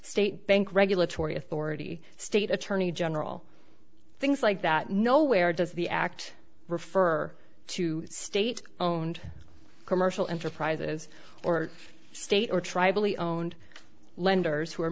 state bank regulatory authority state attorney general things like that nowhere does the act refer to state owned commercial enterprises or state or tribally own lenders w